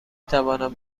توانم